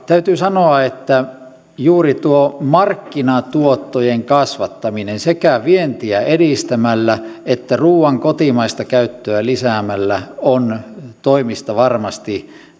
täytyy sanoa että juuri tuo markkinatuottojen kasvattaminen sekä vientiä edistämällä että ruuan kotimaista käyttöä lisäämällä on toimista varmasti